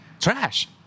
Trash